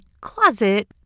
closet